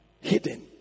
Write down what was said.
hidden